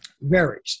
varies